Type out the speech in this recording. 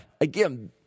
Again